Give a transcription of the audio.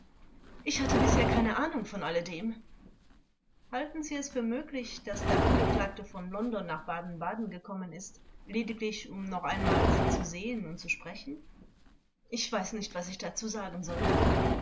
ich hatte bisher keine ahnung von alledem vors halten sie es für möglich daß der angeklagte von london nach baden-baden gekommen ist lediglich um noch einmal sie zu sehen und zu sprechen zeugin ich weiß nicht was ich dazu sagen soll